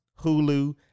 Hulu